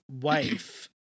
wife